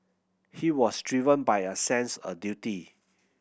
he was driven by a sense a duty